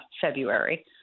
February